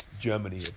Germany